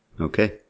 Okay